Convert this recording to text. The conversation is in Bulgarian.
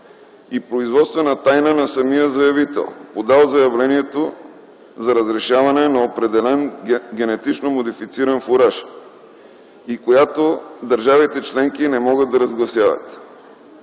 и производствена тайна на самия заявител, подал заявлението за разрешаване на определен генетично модифициран фураж и която държавите членки не могат да разгласяват.